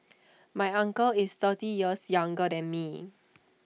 my uncle is thirty years younger than me